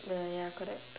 the ya correct